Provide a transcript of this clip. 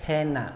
tan ah